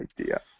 idea